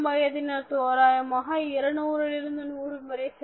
இளம் வயதினர் தோராயமாக 200 லிருந்து 100 முறை சிரிக்கின்றனர்